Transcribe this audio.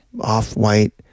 off-white